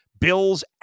Bills